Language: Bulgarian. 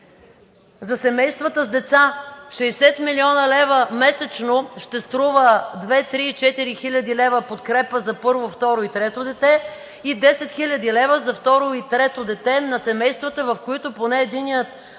За семействата с деца – 60 млн. лв. месечно ще струва – 2000, 3000 и 4000 лв. подкрепа за първо, второ и трето дете, и 10 хил. лв. за второ и трето дете на семействата, в които поне единият